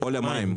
או למים.